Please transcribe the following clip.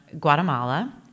Guatemala